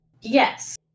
Yes